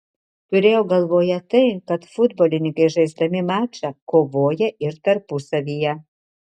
turėjau galvoje tai kad futbolininkai žaisdami mačą kovoja ir tarpusavyje